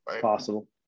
possible